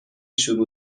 شروع